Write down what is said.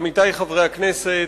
עמיתי חברי הכנסת,